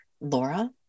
Laura